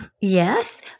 Yes